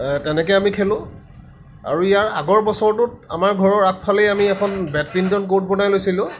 তেনেকৈ আমি খেলোঁ আৰু ইয়াৰ আগৰ বছৰটোত আমাৰ ঘৰৰ আগফালেই আমি এখন বেডমিণ্টন কৰ্ট বনাই লৈছিলোঁ